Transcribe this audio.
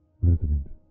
Resident